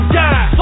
die